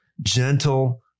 gentle